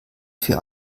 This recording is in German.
für